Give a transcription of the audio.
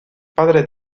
padre